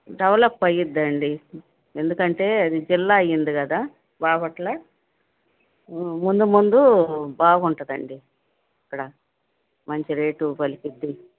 develop అవుతదండి ఎందుకంటే అది జిల్లా అయ్యింది కదా బాపట్ల ముందు ముందు బాగుంటుంది అండి అక్కడ మంచి రేటు పలుకుతుంది